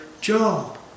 job